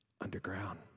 Underground